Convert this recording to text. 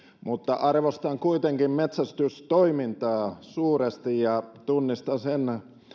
mutta arvostan kuitenkin metsästystoimintaa suuresti ja tunnistan sen